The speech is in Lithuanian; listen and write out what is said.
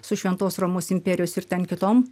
su šventosios romos imperijos ir ten kitom